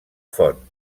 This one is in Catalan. font